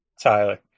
Tyler